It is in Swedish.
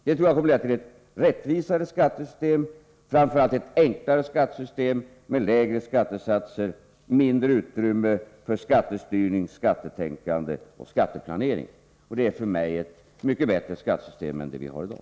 Det tror jag kommer att leda till ett rättvisare skattesystem och framför allt till ett enklare skattesystem med lägre skattesatser samt mindre utrymme för skattestyrning, skattetänkande och skatteplanering. Det är för mig ett mycket bättre skattesystem än det vi har i dag.